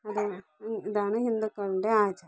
അതും ഇതാണ് ഹിന്ദുക്കളുടെ ആചാരം